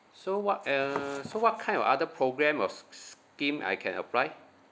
so what uh so what kind of other program or s~ scheme I can apply